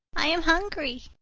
i am hungry.